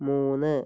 മൂന്ന്